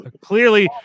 clearly